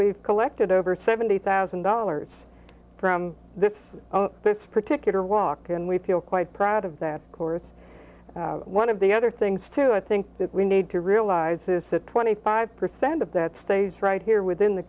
we've collected over seventy thousand dollars from this particular walk and we feel quite proud of that course one of the other things too i think that we need to realize is that twenty five percent of that stays right here within the